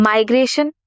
Migration